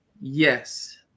yes